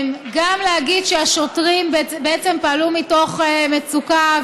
גם להגיד שהשוטרים בעצם פעלו מתוך מצוקה,